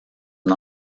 une